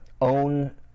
own